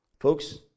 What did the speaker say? Folks